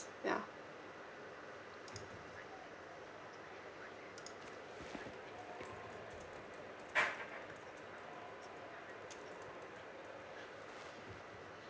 ya